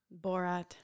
Borat